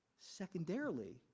Secondarily